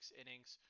innings